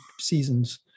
seasons